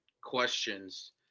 questions